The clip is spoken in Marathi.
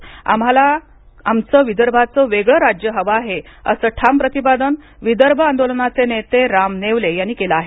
आता आम्हाला आमचं विदर्भाचं वेगळं राज्यंच हवं आहे असं ठाम प्रतिपादन विदर्भ आंदोलनाचे नेते राम नेवले यांनी केलं आहे